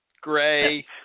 gray